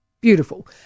Beautiful